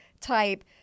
type